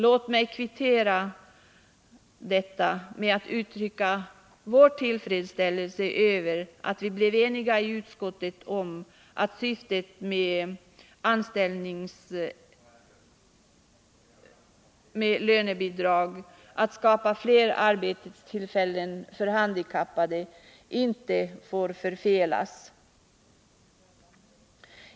Låt mig kvittera detta med att uttrycka vår tillfredsställelse över att vi blev eniga i utskottet om att syftet med lönebidrag, att skapa fler arbetstillfällen för handikappade, inte får förfelas.